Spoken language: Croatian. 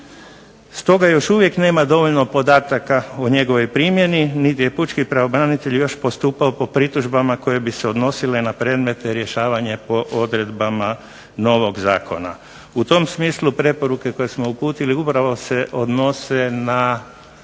Stoga još uvijek nema dovoljno podataka o njegovoj primjeni, niti je pučki pravobranitelj još postupao po pritužbama koje bi se odnosile na predmete rješavanja po odredbama novog zakona. U tom smislu preporuke koje smo uputili upravo se odnose na